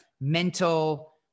mental